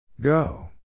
Go